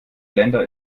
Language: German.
länder